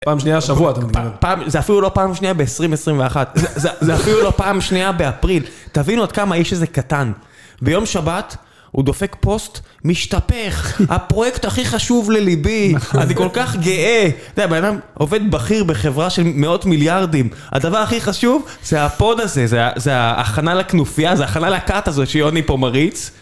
פעם שנייה השבוע, אתה אומר. זה אפילו לא פעם שנייה ב-20-21. זה אפילו לא פעם שנייה באפריל. תבין עוד כמה האיש הזה קטן. ביום שבת, הוא דופק פוסט משתפך. הפרויקט הכי חשוב לליבי. אני כל כך גאה. אתה יודע, בעולם, עובד בכיר בחברה של מאות מיליארדים. הדבר הכי חשוב, זה הפוד הזה, זה ההכנה לקנופיה, זה הכנה לקאט הזה שיוני פה מריץ.